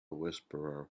whisperer